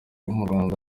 murwanda